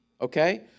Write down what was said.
okay